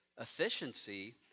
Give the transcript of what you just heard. efficiency